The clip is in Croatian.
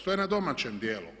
To je na domaćem dijelu.